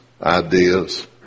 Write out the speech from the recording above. ideas